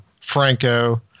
Franco